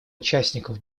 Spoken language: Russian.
участников